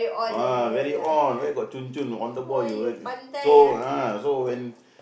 ah very on where got chun chun on the ball you so uh so when